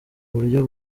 buryo